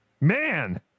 man